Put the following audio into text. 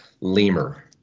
lemur